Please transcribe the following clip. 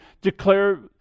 declare